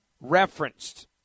referenced